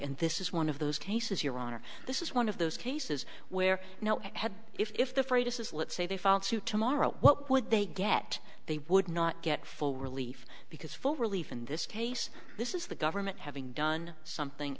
and this is one of those cases your honor this is one of those cases where had if the fracas is let's say they filed suit tomorrow what would they get they would not get full relief because for relief in this case this is the government having done something